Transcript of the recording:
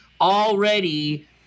already